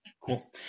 Cool